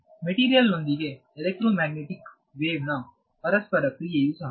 ಮಟೀರಿಯಲ್ನೊಂದಿಗೆ electro magnetic ವೇವ್ನ ಪರಸ್ಪರ ಕ್ರಿಯೆಯೂ ಸಹ